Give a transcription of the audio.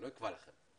אני לא אקבע לכם.